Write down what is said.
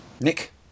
Nick